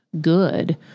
good